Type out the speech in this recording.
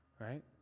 right